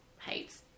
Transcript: hates